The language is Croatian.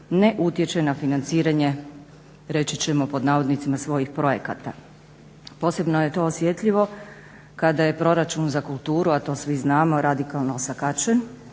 ne utječe na financiranje reći ćemo pod navodnicima svojih projekata. Posebno je to osjetljivo kada je proračun za kulturu, a to svi znamo radikalno osakaćen,